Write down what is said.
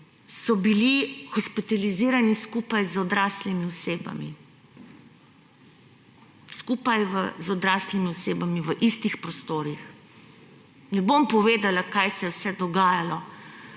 so bili hospitalizirani skupaj z odraslimi osebami. Skupaj z odraslimi osebami v istih prostorih. Ne bom povedala, kaj se je vse dogajalo,